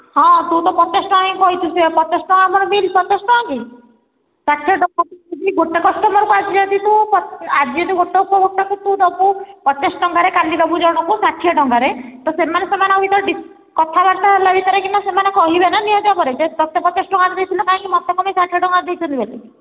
ହଁ ତୁ ତ ପଚାଶ ଟଙ୍କା ହିଁ କହିଛୁ ସେଇୟା ପଚାଶ ଟଙ୍କା ଆପଣଙ୍କ ବିଲ୍ ପଚାଶ ଟଙ୍କା କି ଷାଠିଏ ଟଙ୍କା ଗୋଟେ କଷ୍ଟମର୍କୁ ଆଜି ଯଦି ତୁ ଆଜି ଯଦି ଗୋଟେକୁ ଗୋଟେକୁ ତୁ ଦେବୁ ପଚାଶ ଟଙ୍କାରେ କାଲି ଦେବୁ ଜଣକୁ ଷାଠିଏ ଟଙ୍କାରେ ତ ସେମାନେ ସେମାନଙ୍କ ଭିତରେ କଥାବାର୍ତ୍ତା ହେଲା ଭିତରେ ସେମାନେ କହିବେ ନା ନିହାତି ଭାବରେ ଯେ ତତେ ପଚାଶ ଟଙ୍କାରେ ଦେଇଥିଲା କାହିଁକି ମୋତେ ଷାଠିଏ ଟଙ୍କାରେ ଦେଇଛନ୍ତି ବୋଲି